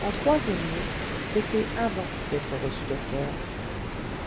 en troisième lieu c'était avant d'être reçu docteur